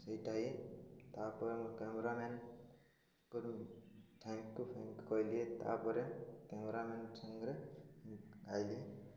ସେଇଟା ହେ ତା'ପରେ କ୍ୟାମେରା ମ୍ୟାନ୍କୁ ଥ୍ୟାଙ୍କ ୟୁ ଫ୍ୟାଙ୍କ ୟୁ ତା'ପରେ କ୍ୟାମେରା ମ୍ୟାନ୍ ସାଙ୍ଗରେ ଖାଇଲିି